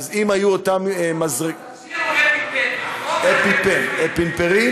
התכשיר הוא אפיפן, והחומר הוא אפינפרין.